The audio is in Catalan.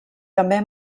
també